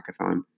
hackathon